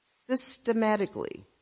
systematically